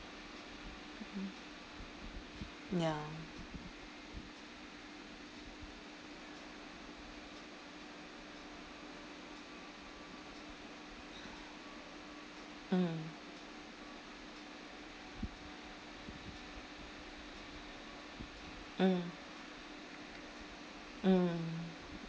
ya mm mm mm